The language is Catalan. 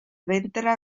ventre